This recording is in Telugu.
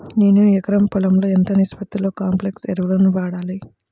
నేను ఎకరం పొలంలో ఎంత నిష్పత్తిలో కాంప్లెక్స్ ఎరువులను వాడాలి?